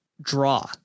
draw